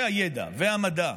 והידע והמדע,